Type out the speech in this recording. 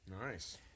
Nice